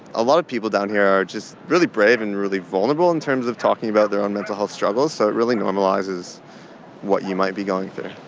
a lot of people down here are just really brave and really vulnerable in terms of talking about their own mental health struggles, so it really normalises what you might be going through.